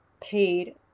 paid